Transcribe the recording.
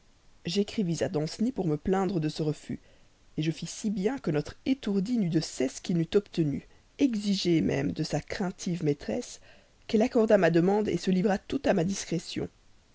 j'écrivis à danceny pour me plaindre de ce refus je fis si bien que notre étourdi n'eut de cesse qu'il n'eût obtenu exigé même de sa craintive maîtresse qu'elle accordât ma demande se livrât toute à ma discrétion